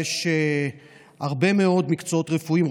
יש הרבה מאוד מקצועות רפואיים,